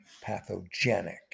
pathogenic